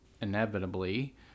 inevitably